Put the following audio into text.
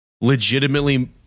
legitimately